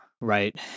right